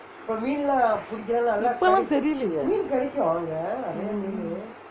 இப்போ லாம் தெரிலயே:ippo laam terilayae mm